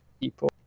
people